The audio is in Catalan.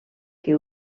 que